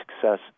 success